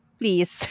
please